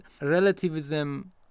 relativism